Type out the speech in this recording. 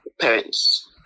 parents